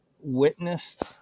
witnessed